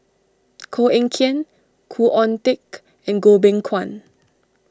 Koh Eng Kian Khoo Oon Teik and Goh Beng Kwan